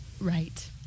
right